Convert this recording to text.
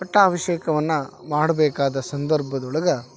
ಪಟ್ಟಾಭಿಷೇಕವನ್ನ ಮಾಡ್ಬೇಕಾದ ಸಂದರ್ಭದೊಳಗ